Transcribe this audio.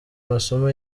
amasomo